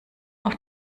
auf